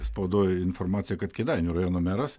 spaudoj informaciją kad kėdainių rajono meras